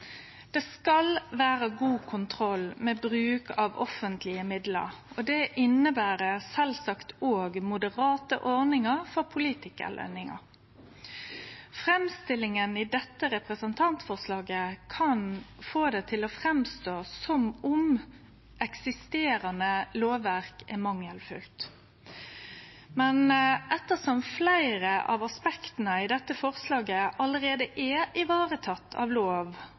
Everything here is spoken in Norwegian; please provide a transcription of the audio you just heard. Det skal vere god kontroll med bruk av offentlege midlar. Det inneber sjølvsagt òg moderate ordningar for politikarløningar. Framstillinga i dette representantforslaget kan få det til å verke som om eksisterande lovverk er mangelfullt, men ettersom fleire av aspekta i dette forslaget allereie er varetekne av lov,